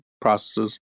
processes